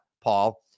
Paul